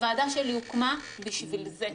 הוועדה שלי הוקמה בשביל זה,